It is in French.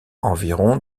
environ